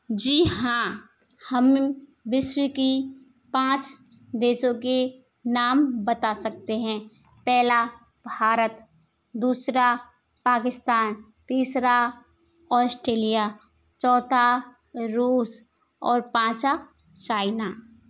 जी हाँ हम विश्व की पाँच देशों के नाम बता सकते हैं पहला भारत दूसरा पाकिस्तान तीसरा ओस्ट्रेलिया चौथा रूस और पाँचवाँ चाइना